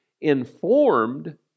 informed